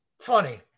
Funny